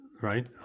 right